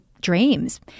dreams